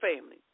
family